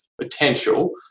potential